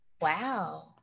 Wow